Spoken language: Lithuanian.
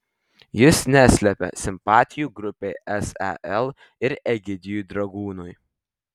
jis neslepia simpatijų grupei sel ir egidijui dragūnui